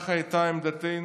זו הייתה עמדתנו,